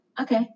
Okay